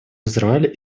израиль